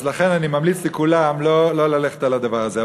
אז לכן אני ממליץ לכולם לא ללכת על הדבר הזה.